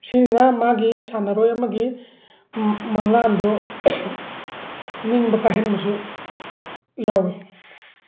ꯁꯤꯁꯤꯅ ꯃꯥꯒꯤ ꯁꯥꯟꯅꯔꯣꯏ ꯑꯃꯒꯤ ꯃꯪꯂꯥꯟꯗꯣ ꯅꯤꯡꯕ ꯀꯥꯏꯍꯟꯕꯁꯨ ꯌꯥꯎꯋꯤ